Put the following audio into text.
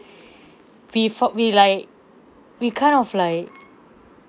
we fo~ we like we kind of like